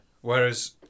Whereas